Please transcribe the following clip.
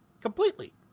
completely